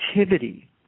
activity